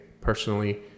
personally